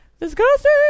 Disgusting